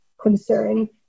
concern